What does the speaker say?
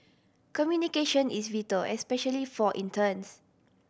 communication is vital especially for interns